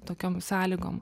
tokiom sąlygom